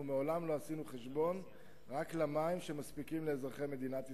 אנחנו מעולם לא עשינו חשבון רק למים שמספיקים לאזרחי מדינת ישראל.